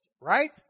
right